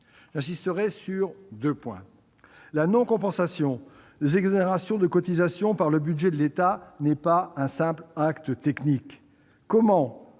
J'insisterai sur deux points. Premièrement, la non-compensation des exonérations de cotisations par le budget de l'État n'est pas un simple acte technique. Comment